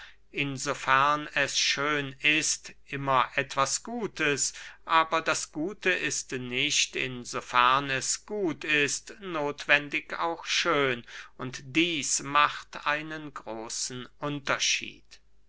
fern es schön ist immer etwas gutes aber das gute ist nicht in so fern es gut ist nothwendig auch schön und dieß macht einen großen unterschied